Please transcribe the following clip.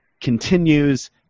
continues